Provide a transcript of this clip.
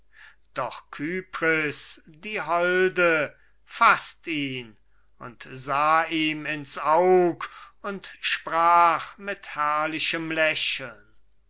doch kypris die holde faßt ihn und sah ihm ins aug und sprach mit herrlichem lächeln